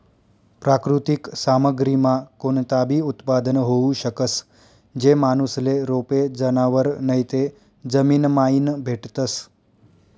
प्राकृतिक सामग्रीमा कोणताबी उत्पादन होऊ शकस, जे माणूसले रोपे, जनावरं नैते जमीनमाईन भेटतस